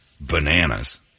bananas